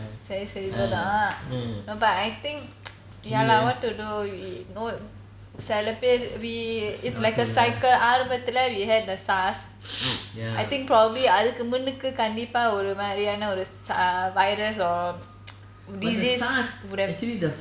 no but I think ya lah what to do you know சில பேரு:sila peru we it's like a cycle ஆர்வத்துல:aarvathula we had the SARS I think probably அதுக்கு முன்னாடி கண்டிப்பா ஒரு மாதிரியான ஒரு:adhuku munnadi kandipaa oru maathriyana oru virus or disease would have